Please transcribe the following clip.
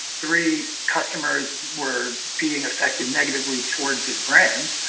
three customers were being affected negatively towards his brand.